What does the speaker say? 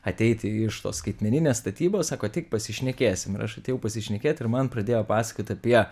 ateiti iš tos skaitmeninės statybos sako ateik pasišnekėsim ir aš atėjau pasišnekėt ir man pradėjo pasakot apie